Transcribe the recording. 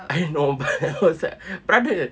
I know but I was like brother